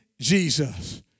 Jesus